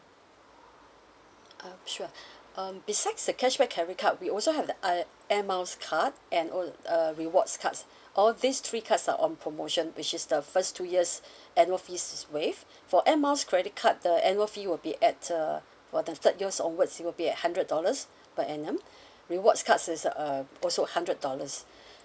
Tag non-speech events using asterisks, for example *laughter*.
uh sure *breath* um besides the cashback credit card we also have the air air miles card and all uh rewards cards all these three cards are on promotion which is the first two years *breath* annual fees is waived for air miles credit card the annual fee will be at uh for the third years onwards it will be at hundred dollars per annum *breath* rewards cards is s~ um also hundred dollars